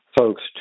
folks